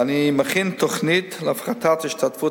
ואני מכין תוכנית להפחתת ההשתתפות